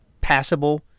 passable